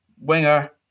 winger